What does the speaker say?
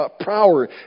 power